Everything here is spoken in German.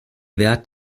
wert